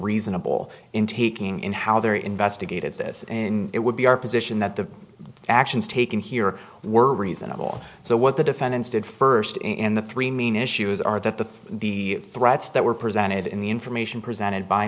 reasonable in taking in how they're investigated this in it would be our position that the actions taken here were reasonable so what the defendants did first and the three main issues are that the the threats that were presented in the information presented by